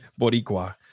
boricua